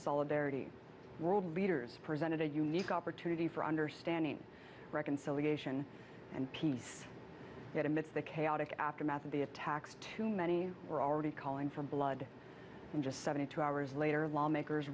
solidarity world leaders presented a unique opportunity for understanding reconciliation and peace that amidst the chaotic aftermath of the attacks too many were already calling for blood and just seventy two hours later lawmakers